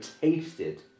tasted